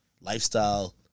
lifestyle